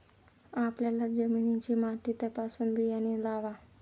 आपल्या जमिनीची माती तपासूनच बियाणे लावा